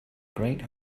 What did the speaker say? great